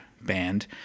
band